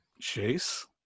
Chase